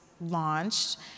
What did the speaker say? launched